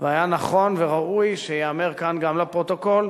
והיה נכון וראוי שייאמר כאן גם לפרוטוקול,